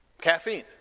Caffeine